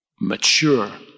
mature